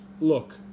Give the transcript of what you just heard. look